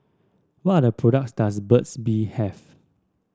what products does Burt's Bee have